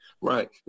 Right